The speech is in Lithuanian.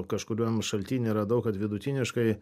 kažkuriam šaltiny radau kad vidutiniškai